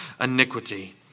iniquity